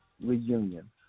Reunion